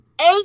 eight